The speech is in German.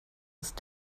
ist